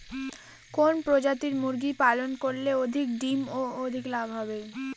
কোন প্রজাতির মুরগি পালন করলে অধিক ডিম ও অধিক লাভ হবে?